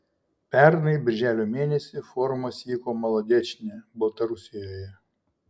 pernai birželio mėnesį forumas vyko molodečne baltarusijoje